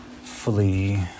fully